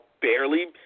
barely